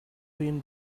been